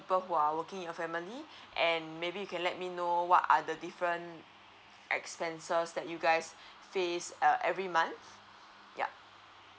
people who are working in your family and maybe you can let me know what are the different expenses that you guys face err every month yup